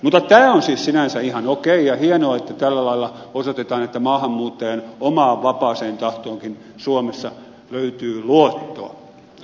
mutta tämä on siis sinänsä ihan okei ja hienoa että tällä lailla osoitetaan että maahanmuuttajan omaan vapaaseen tahtoonkin suomessa löytyy luottoa